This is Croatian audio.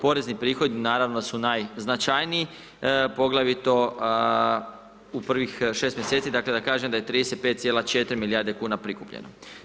Porezni prihodu naravno su najznačajniji, poglavito u prvih 6 mjeseci, dakle da kažem da je 35,4 milijarde kuna prikupljeno.